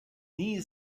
nie